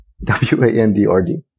w-a-n-d-r-d